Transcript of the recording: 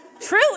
true